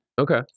Okay